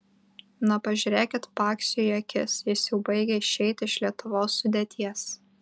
na pažiūrėkit paksiui į akis jis jau baigia išeiti iš lietuvos sudėties